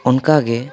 ᱚᱱᱠᱟ ᱜᱮ